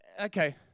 Okay